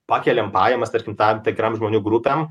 pakeliam pajamas tarkim tam tikram žmonių grupėm